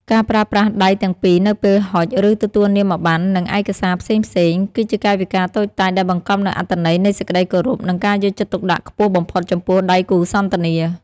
ការប្រើប្រាស់ដៃទាំងពីរនៅពេលហុច ឬទទួលនាមប័ណ្ណ និងឯកសារផ្សេងៗ គឺជាកាយវិការតូចតាចដែលបង្កប់នូវអត្ថន័យនៃសេចក្ដីគោរព និងការយកចិត្តទុកដាក់ខ្ពស់បំផុតចំពោះដៃគូសន្ទនា។